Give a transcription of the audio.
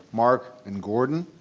mark, and gordon.